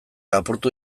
apurtu